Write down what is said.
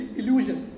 illusion